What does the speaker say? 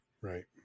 Right